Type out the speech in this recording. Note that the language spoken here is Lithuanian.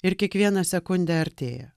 ir kiekvieną sekundę artėja